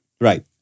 Right